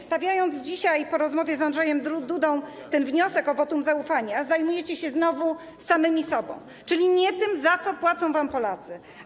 Stawiając dzisiaj po rozmowie z Andrzejem Dudą wniosek o wotum zaufania, znowu zajmujecie się samymi sobą, czyli nie tym, za co płacą wam Polacy.